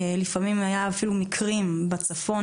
לפעמים היו אפילו מקרים בצפון,